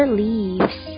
leaves